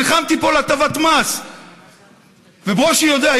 נלחמתי פה על הטבת מס וברושי יודע,